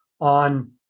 on